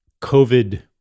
covid